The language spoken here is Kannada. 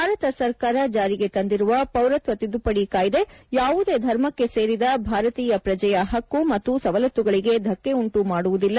ಭಾರತ ಸರ್ಕಾರ ಜಾರಿಗೆ ತಂದಿರುವ ಪೌರತ್ವ ತಿದ್ದುಪದಿ ಕಾಯ್ದೆ ಯಾವುದೇ ಧರ್ಮಕ್ಕೆ ಸೇರಿದ ಭಾರತೀಯ ಪ್ರಜೆಟ ಹಕ್ಕು ಮತ್ತು ಸವಲತ್ತುಗಳಿಗೆ ಧಕ್ಕೆಯುಂಟು ಮಾಡುವುದಿಲ್ಲ